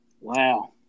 wow